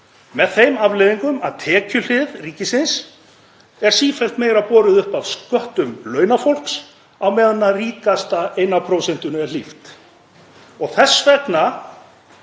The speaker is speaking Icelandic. með þeim afleiðingum að tekjuhlið ríkisins er sífellt meira borin uppi af sköttum launafólks á meðan ríkasta eina prósentinu er hlíft. Þess vegna